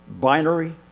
binary